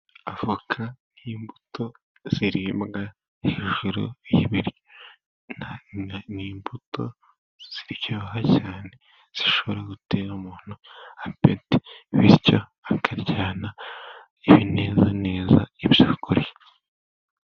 Avoka nk'imbuto zirimbwa hejuru y'ibiryo, ni imbuto ziryoha cyane, zishobora gutera umuntu apeti, bityo akaryana ibinezaneza ibyo kurya.